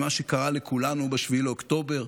ממה שקרה לכולנו ב-7 באוקטובר.